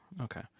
Okay